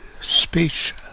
speech